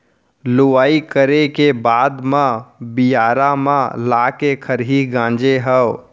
लुवई करे के बाद म बियारा म लाके खरही गांजे हँव